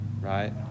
right